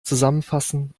zusammenfassen